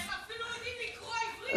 הם אפילו יודעים לקרוא עברית,